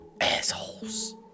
assholes